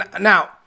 Now